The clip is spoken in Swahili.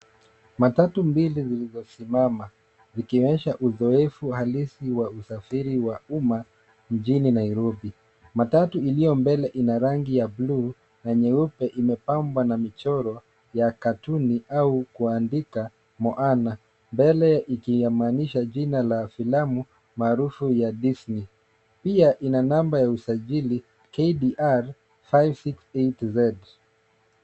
Matatu mbili zilizosimama zikionyesha uzoefu halisi wa usafiri wa umma mjini Nairobi. Matatu iliyo mbele ina rangi ya bluu na nyeupe imepambwa na michoro ya katuni au kuandika moana mbele ikimaanisha jina la filamu maarufu ya Disney. Pia ina namba ya usajili KDR 568Z.